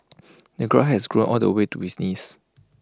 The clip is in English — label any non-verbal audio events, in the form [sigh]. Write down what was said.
[noise] the grass had grown all the way to his knees